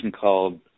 called